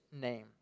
name